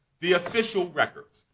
the official records.